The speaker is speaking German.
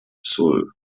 sul